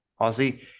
Ozzy